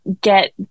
get